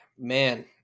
Man